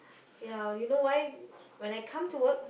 ya you know why when I come to work